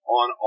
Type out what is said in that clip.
on